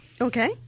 Okay